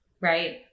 right